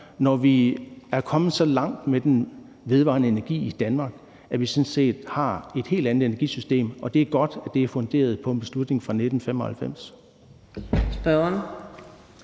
når vi er kommet så langt med den vedvarende energi, at vi sådan set har et helt andet energisystem. Og det er godt, at det er funderet på en beslutning fra 1995.